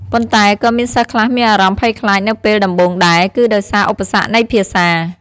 ប៉ុន្តែក៏មានសិស្សខ្លះមានអារម្មណ៍ភ័យខ្លាចនៅពេលដំបូងដែរ គឺដោយសារឧបសគ្គនៃភាសា។